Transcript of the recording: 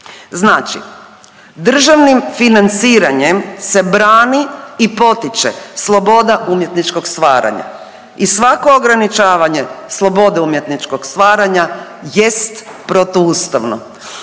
Znači državnim financiranjem se brani i potiče sloboda umjetničkog stvaranja i svako ograničavanje slobode umjetničkog stvaranja jest protuustavno.